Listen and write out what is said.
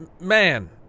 man